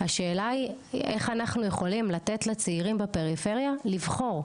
השאלה היא איך אנחנו יכולים לתת לצעירים בפריפריה לבחור,